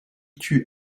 tue